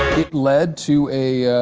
it led to a ah.